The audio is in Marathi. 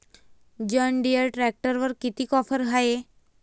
जॉनडीयर ट्रॅक्टरवर कितीची ऑफर हाये?